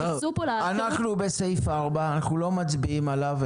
אנחנו על סעיף 5 לא מצביעים עליו.